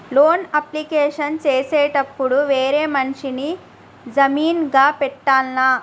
Loan application చేసేటప్పుడు వేరే మనిషిని జామీన్ గా పెట్టాల్నా?